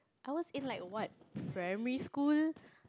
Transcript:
I was in like what primary school